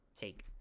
take